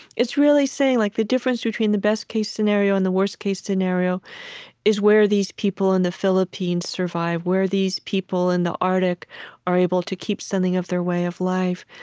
it's really saying, like the difference between the best-case scenario, and the worst case-scenario is where these people in the philippines survive, where these people in the arctic are able to keep something of their way of life.